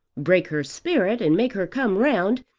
break her spirit, and make her come round,